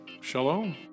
Shalom